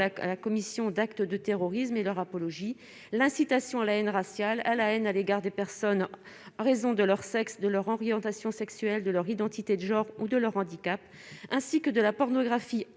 la commission d'actes de terrorisme et leur apologie, l'incitation à la haine raciale, à la haine à l'égard des personnes en raison de leur sexe, de leur orientation sexuelle, de leur identité de genre ou de leur handicap, ainsi que de la pornographie